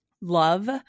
love